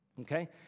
Okay